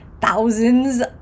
thousands